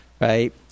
right